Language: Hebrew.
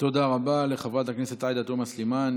תודה רבה לחברת הכנסת עאידה תומא סלימאן.